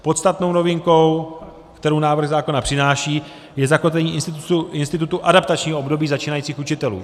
Podstatnou novinkou, kterou návrh zákona přináší, je zakotvení institutu adaptačního období začínajících učitelů.